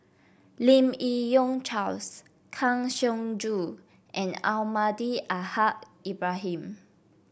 Lim Yi Yong Charles Kang Siong Joo and Almahdi Al Haj Ibrahim